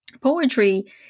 poetry